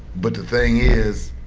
but the thing is,